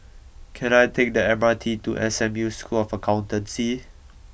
can I take the M R T to S M U School of Accountancy